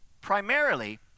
Primarily